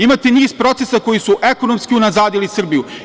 Imate niz procesa koji su ekonomski unazadili Srbiju.